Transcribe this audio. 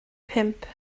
pump